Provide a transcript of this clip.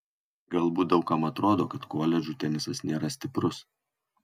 galbūt daug kam atrodo kad koledžų tenisas nėra stiprus